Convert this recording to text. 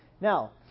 Now